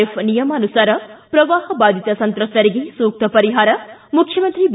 F ನಿಯಮಾನುಸಾರ ಪ್ರವಾಹ ಬಾಧಿತ ಸಂತ್ರಸ್ತರಿಗೆ ಸೂಕ್ತ ಪರಿಹಾರ ಮುಖ್ಣಮಂತ್ರಿ ಬಿ